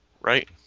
Right